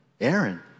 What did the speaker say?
Aaron